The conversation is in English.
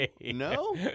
no